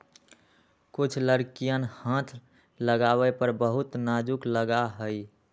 कुछ लकड़ियन हाथ लगावे पर बहुत नाजुक लगा हई